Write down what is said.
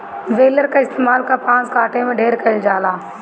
baler कअ इस्तेमाल कपास काटे में ढेर कइल जाला